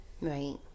Right